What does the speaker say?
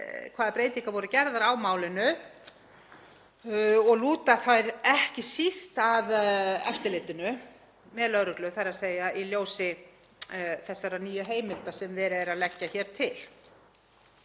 hvaða breytingar voru gerðar á málinu og lúta þær ekki síst að eftirlitinu með lögreglu í ljósi þessara nýju heimilda sem verið er að leggja til.